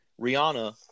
Rihanna